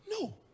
no